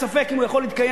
ספק אם הוא יכול להתקיים.